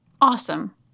Awesome